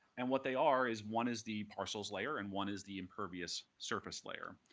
and what they are is one is the parcels layer, and one is the impervious surface layer.